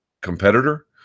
competitor